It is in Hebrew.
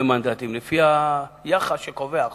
לפי היחס שקובע החוק,